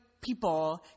people